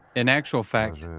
in actual fact,